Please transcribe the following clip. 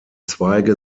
zweige